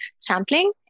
sampling